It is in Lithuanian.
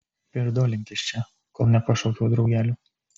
pirdolink iš čia kol nepašaukiau draugelių